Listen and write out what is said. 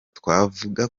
twavuga